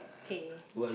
K